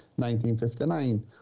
1959